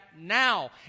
now